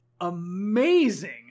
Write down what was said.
amazing